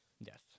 Yes